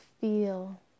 Feel